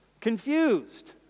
confused